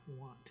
want